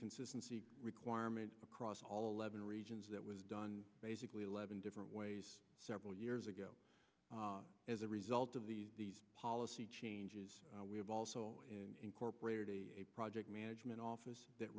consistency requirement across all eleven regions that was done basically eleven different ways several years ago as a result of the policy changes we have also incorporated a project management office that